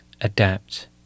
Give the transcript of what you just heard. adapt